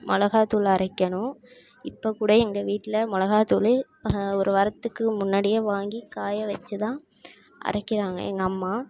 மிளகாத்தூள் அரைக்கணும் இப்போ கூட எங்கள் வீட்டில் மிளகாத்தூளு ஒரு வாரத்துக்கு முன்னாடியே வாங்கி காய வெச்சி தான் அரைக்கிறாங்க எங்கள் அம்மா